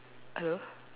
hello